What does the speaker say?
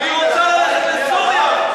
תלכו לסוריה.